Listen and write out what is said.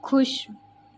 ਖੁਸ਼